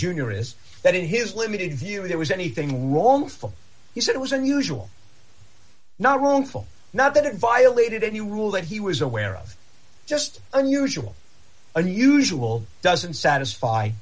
junior is that in his limited view if there was anything wrong he said it was unusual not wrongful not that it violated any rule that he was aware of just unusual unusual doesn't satisfy